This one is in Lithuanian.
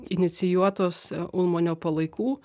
inicijuotos ulmanio palaikų